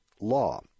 law